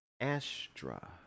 Astra